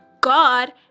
God